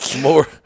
more